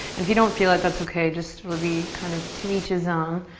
and if you don't feel it, that's okay. just would be kind of to each his um